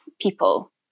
people